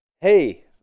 Hey